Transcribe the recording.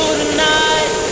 tonight